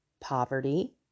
poverty